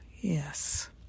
Yes